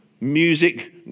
music